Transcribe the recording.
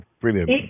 brilliant